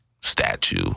statue